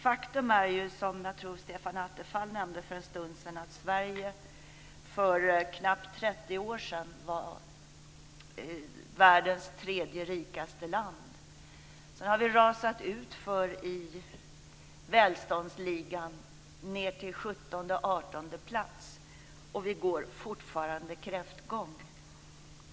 Faktum är, som jag tror att Stefan Attefall nämnde för en stund sedan, att Sverige för knappt 30 år sedan var världens tredje rikaste land. Sedan har vi rasat utför i välståndsligan ned till 17:e eller 18:e plats, och vi går fortfarande kräftgång.